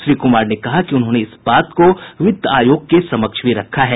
श्री कुमार ने कहा कि उन्होंने इस बात को वित्त आयोग के समक्ष भी रखा है